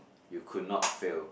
you could not fail